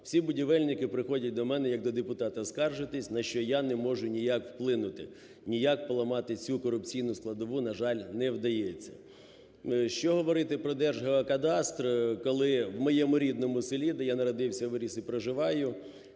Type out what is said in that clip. Всі будівельники приходять до мене як до депутата скаржитись, на що я не можу ніяк вплинути, ніяк поламати цю корупційну складову, на жаль, не вдається. Що говорити про Держгеокадастр, коли в моєму рідному селі, де я народився, виріс і проживаю,